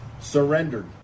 surrendered